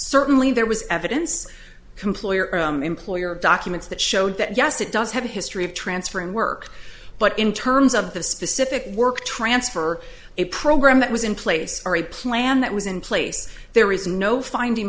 certainly there was evidence complier employer documents that showed that yes it does have a history of transfer in work but in terms of the specific work transfer a program that was in place or a plan that was in place there is no finding